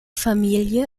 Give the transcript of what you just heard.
familie